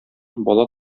бала